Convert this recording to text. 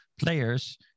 players